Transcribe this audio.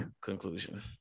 conclusion